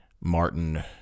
Martin